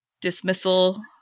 dismissal